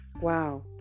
Wow